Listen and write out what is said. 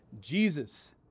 Jesus